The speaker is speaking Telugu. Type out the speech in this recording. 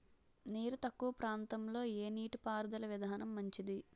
నీరు తక్కువ ప్రాంతంలో ఏ నీటిపారుదల విధానం మంచిది?